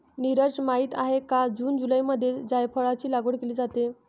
नीरज माहित आहे का जून जुलैमध्ये जायफळाची लागवड केली जाते